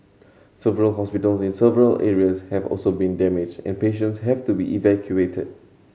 several hospitals in several areas have also been damaged and patients had to be evacuated